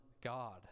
God